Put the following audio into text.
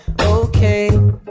okay